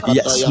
Yes